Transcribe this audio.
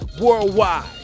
worldwide